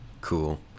Cool